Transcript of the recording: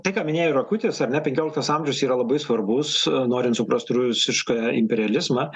tai ką minėjo rakutis ar ne penkioliktas amžius yra labai svarbus norint suprast rusišką imperializmą